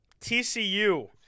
TCU